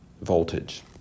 voltage